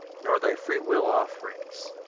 nor thy freewill offerings,